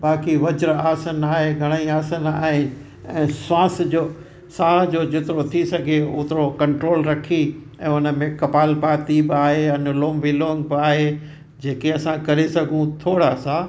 बाकि वज्रासन आहे घणई आसन आहे ऐं श्वास जो साह जो जेतिरो थी सघे ओतिरो कंट्रोल रखी ऐं उनमें कपाल भाती बि आहे अनुलोम विलोम बि आहे जेके असां करे सघूं थोरा सा